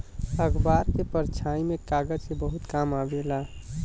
अखबार के छपाई में कागज के बहुते काम आवेला